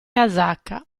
casacca